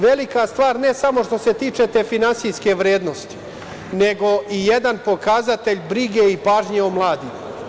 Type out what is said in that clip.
Velika stvar ne samo što se tiče te finansijske vrednosti, nego i jedan pokazatelj brige i pažnje o mladima.